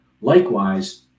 Likewise